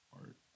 art